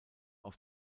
auf